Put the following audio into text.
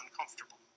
uncomfortable